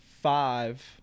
Five